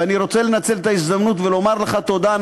ואני רוצה לנצל את ההזדמנות ולומר לך תודה.